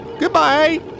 Goodbye